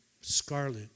scarlet